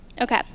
Okay